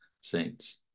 saints